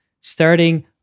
starting